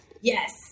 Yes